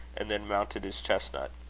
and then mounted his chestnut.